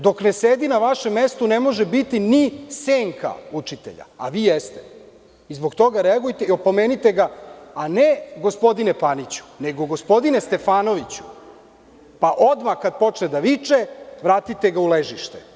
Dok ne sedi na vašem mestu ne može biti ni senka učitelja, a vi jeste i zbog toga reagujte i opomenite ga, a ne – gospodine Paniću, nego gospodine Stefanoviću, pa kada počne da viče vratite ga u ležište.